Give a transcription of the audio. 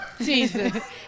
Jesus